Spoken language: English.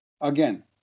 Again